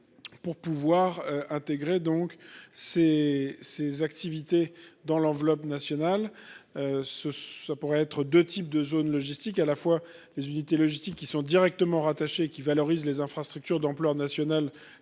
Pour pouvoir intégrer donc ses ses activités dans l'enveloppe nationale. Ce ça pourrait être de types de zones logistiques à la fois les unités logistiques qui sont directement rattachés qui valorise les infrastructures d'ampleur nationale